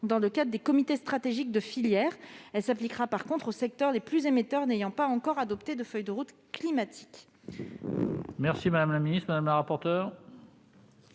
comme les comités stratégiques de filières. Elle s'appliquera en revanche aux secteurs les plus émetteurs n'ayant pas encore adopté de feuille de route climatique.